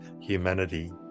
humanity